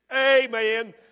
Amen